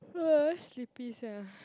very sleepy sia